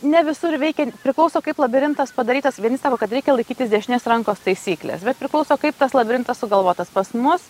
ne visur veikia priklauso kaip labirintas padarytas vieni sako kad reikia laikytis dešinės rankos taisyklės bet priklauso kaip tas labirintas sugalvotas pas mus